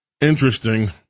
Interesting